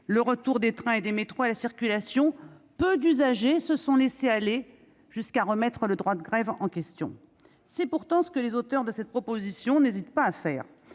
le retour des trains et des métros à la circulation, peu d'entre eux se sont laissés aller jusqu'à remettre le droit de grève en question. C'est pourtant ce que les auteurs de cette proposition de loi n'hésitent pas à faire.